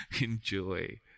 enjoy